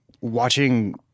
watching